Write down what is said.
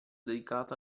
dedicato